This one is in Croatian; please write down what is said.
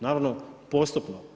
Naravno postupno.